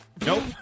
Nope